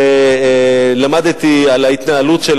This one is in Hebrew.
למדתי על ההתנהלות של